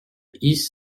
east